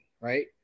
right